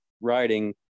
writing